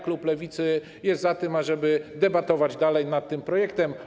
Klub Lewicy jest za tym, ażeby debatować dalej nad tym projektem.